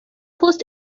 post